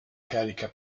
carica